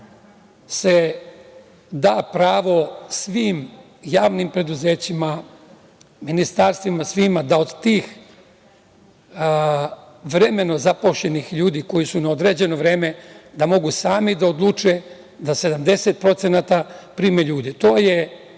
se da pravo svim javnim preduzećima, ministarstvima, svima da od tih vremenom zaposlenih ljudi koji su na određeno vreme, da mogu sami da odluče da 70% prime ljudi. To je